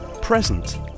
present